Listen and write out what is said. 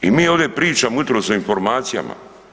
I mi ovdje pričamo jutros o informacijama.